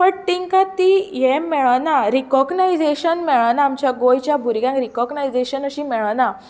but तिंका ती हें मेळना रिकोगनायजेशन मेळना आमच्या गोंयच्या भुरग्यांक रिकोगनायजेशन अशी मेळना